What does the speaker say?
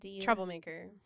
Troublemaker